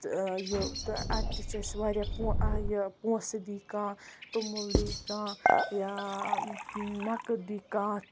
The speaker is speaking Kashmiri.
تہٕ یہِ اَتہِ تہِ چھُ اَسہِ واریاہ پو یہِ پونسہٕ دی کانہہ تومُل دِییہِ کانہہ یا نَقٕد دی کانہہ